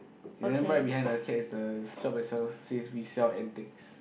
then right behind the cakes is the strawberry sales says we sell and takes